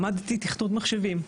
למדתי תכנות מחשבים,